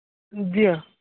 Jio